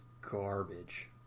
garbage